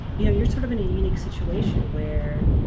you know you're sort of in a unique situation where